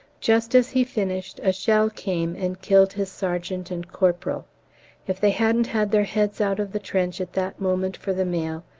just as he finished a shell came and killed his sergeant and corporal if they hadn't had their heads out of the trench at that moment for the mail,